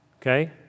Okay